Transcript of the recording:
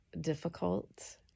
difficult